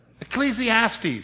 Ecclesiastes